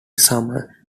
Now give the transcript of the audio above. summer